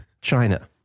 China